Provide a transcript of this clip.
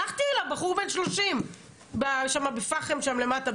הלכתי אליו, בחור בן 30 בפאחם במנשה.